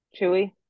Chewy